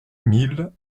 mille